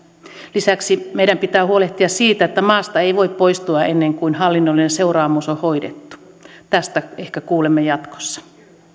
lisäksi meidän pitää huolehtia siitä että maasta ei voi poistua ennen kuin hallinnollinen seuraamus on hoidettu tästä ehkä kuulemme jatkossa